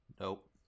Nope